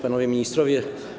Panowie Ministrowie!